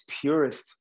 purest